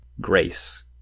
grace